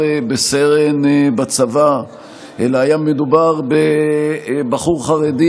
בסרן בצבא אלא היה מדובר בבחור חרדי,